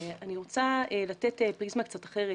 אני רוצה לתת פריזמה קצת אחרת,